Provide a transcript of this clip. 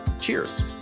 Cheers